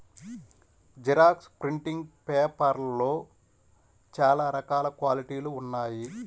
xerox printing పేపర్లలో చాలా రకాల క్వాలిటీలు ఉన్నాయి